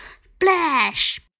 Splash